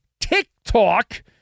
TikTok